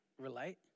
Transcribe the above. relate